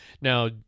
Now